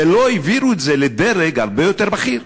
ולא העבירו את זה לדרג הרבה יותר בכיר.